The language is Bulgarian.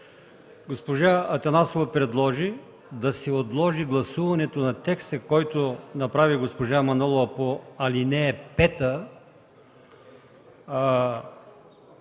Госпожа Атанасова предложи да се отложи гласуването на текста, който направи госпожа Манолова по ал.